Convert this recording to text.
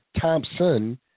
Thompson